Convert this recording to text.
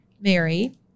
Mary